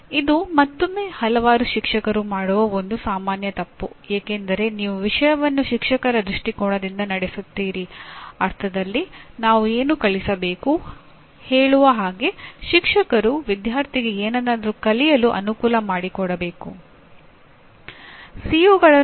ಆದ್ದರಿಂದ ಮಧ್ಯಸ್ಥಿಕೆಗಳು ಇವುಗಳನ್ನು ಒಳಗೊಂಡಿರುತ್ತವೆ ಮತ್ತು ಶಿಕ್ಷಕರು ಇವುಗಳ ಉಪವಿಭಾಗವನ್ನು ಆಯ್ಕೆ ಮಾಡಿ ವಿದ್ಯಾರ್ಥಿಗಳಿಗೆ ಜ್ಞಾನ ಕೌಶಲ್ಯ ಮತ್ತು ಮೌಲ್ಯಗಳನ್ನು ಪಡೆಯಲು ಅನುಕೂಲವಾಗುವಂತೆ ಸಹಾಯ ಮಾಡುತ್ತಾರೆ